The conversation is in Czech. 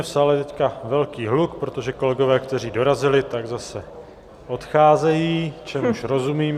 V sále je teď velký hluk, protože kolegové, kteří dorazili, zase odcházejí, čemuž rozumím.